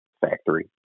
factory